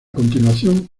continuación